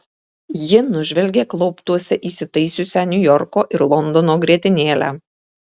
ji nužvelgė klauptuose įsitaisiusią niujorko ir londono grietinėlę